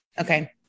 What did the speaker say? Okay